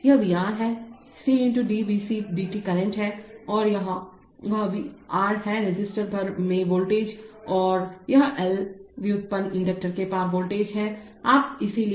यह VR है C × DVcdt current है और वह × R है रेसिस्टर भर में वोल्टेज और यह एल × व्युत्पन्न इंडक्टर के पार वोल्टेज है